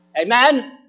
Amen